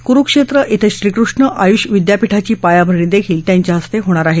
कुरुक्षेत्र इं श्रीकृष्ण आयुष विद्यापिठाची पायाभरणीही त्यांच्या हस्ते होणार आहे